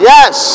Yes